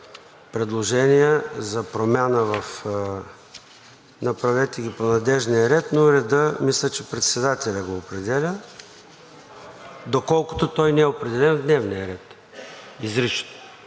предложения за промяна, направете ги по надлежния ред, но реда мисля, че председателят го определя, доколкото той не е определен изрично в дневния ред. По